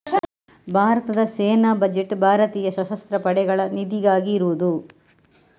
ಭಾರತದ ಸೇನಾ ಬಜೆಟ್ ಭಾರತೀಯ ಸಶಸ್ತ್ರ ಪಡೆಗಳ ನಿಧಿಗಾಗಿ ಇರುದು